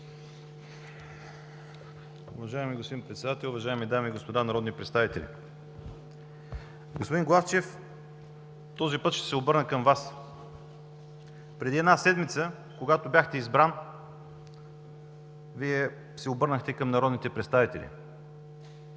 Уважаеми господин Председател, уважаеми дами и господа народни представители! Господин Главчев, този път ще се обърна към Вас. Преди една седмица, когато бяхте избран, Вие се обърнахте към народните представители.